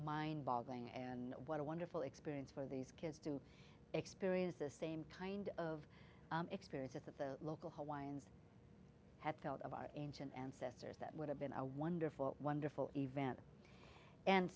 mind boggling and what a wonderful experience for these kids to experience the same kind of experiences of the local hawaiians had felt of our ancient ancestors that would have been a wonderful wonderful event and